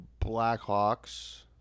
Blackhawks